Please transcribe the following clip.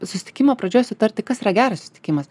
susitikimo pradžioj sutarti kas yra geras susitikimas